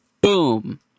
boom